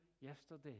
yesterday